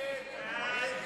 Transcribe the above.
ההצעה להעביר